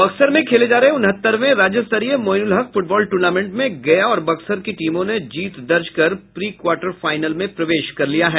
बक्सर में खेले जा रहे उनहतरवें राज्यस्तरीय मोइनुलहक फुटबॉल टूर्नामेंट में गया और बक्सर की टीमों ने जीत दर्ज कर प्री क्वार्टर फाइनल में प्रवेश किया है